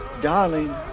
Darling